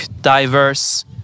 diverse